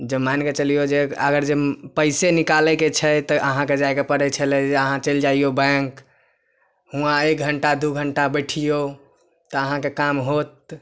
जे मानिके चलिऔ जे अगर जे पइसे निकालैके छै तऽ अहाँके जाइके पड़ै छलै जे अहाँ चलि जाइऔ बैँक हुवाँ एक घण्टा दुइ घण्टा बैठिऔ तऽ अहाँके काम हैत